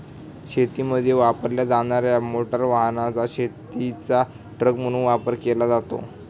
शेतीमध्ये वापरल्या जाणार्या मोटार वाहनाचा शेतीचा ट्रक म्हणून वापर केला जातो